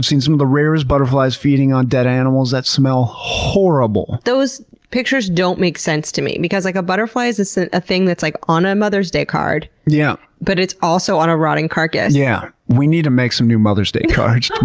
seen some of the rarest butterflies feeding on dead animals that smell horrible. those pictures don't make sense to me, because like butterflies, it's ah a thing that's like on a mother's day card, yeah but it's also on a rotting carcass. yeah. we need to make some new mother's day cards. um